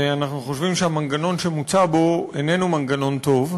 ואנחנו חושבים שהמנגנון שמוצע בו איננו מנגנון טוב,